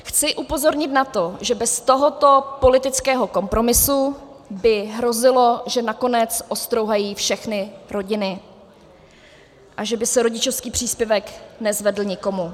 Chci upozornit na to, že bez tohoto politického kompromisu by hrozilo, že nakonec ostrouhají všechny rodiny a že by se rodičovský příspěvek nezvedl nikomu.